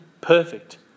perfect